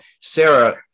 Sarah